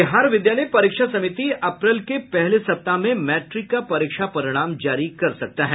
बिहार विद्यालय परीक्षा समिति अप्रैल के पहले सप्ताह में मैट्रिक का परीक्षा परिणाम जारी कर सकता है